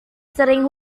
sering